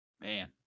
man